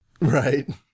Right